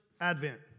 advent